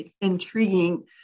intriguing